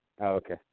Okay